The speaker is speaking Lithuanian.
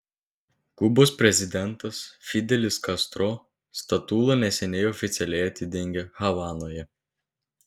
kubos prezidentas fidelis kastro statulą neseniai oficialiai atidengė havanoje